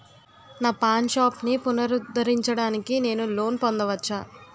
నా పాన్ షాప్ని పునరుద్ధరించడానికి నేను లోన్ పొందవచ్చా?